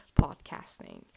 podcasting